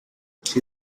she